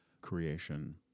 creation